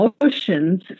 emotions